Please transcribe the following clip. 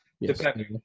depending